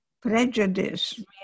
prejudice